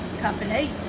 company